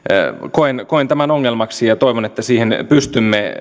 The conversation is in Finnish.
koen koen tämän ongelmaksi ja ja toivon että siihen pystymme